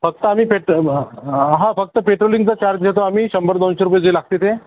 फक्त आम्ही पेट हा हा फक्त पेट्रोलिंगचा चार्ज घेतो आम्ही शंभर दोनशे रुपये जे लागते ते